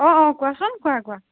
অ' অ' কোৱাচোন কোৱা কোৱা